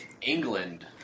England